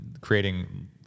creating